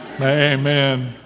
Amen